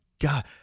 god